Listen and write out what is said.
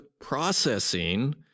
processing